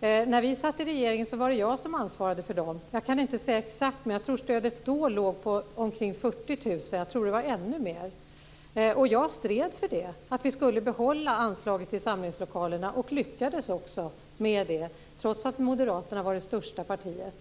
När vi kristdemokrater satt i regeringen var det jag som ansvarade för dem. Jag kan inte säga exakt hur stort det var, men jag tror att stödet då låg på omkring 40 000 kr, och jag tror t.o.m. att det var ännu mer. Jag stred för att vi skulle behålla anslaget till samlingslokalerna och lyckades också med det, trots att Moderaterna var det största partiet.